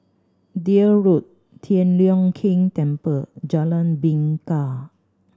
Deal Road Tian Leong Keng Temple Jalan Bingka